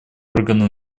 органа